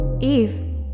Eve